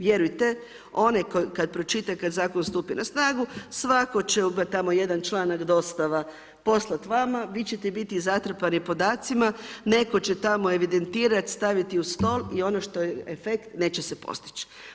Vjerujte, onaj kada pročita i kada zakon stupi na snagu, svako će … jedan članak dostava poslati vama, vi ćete biti zatrpani podacima, netko će tamo evidentirati staviti u stol i ono što je efekt, neće se postići.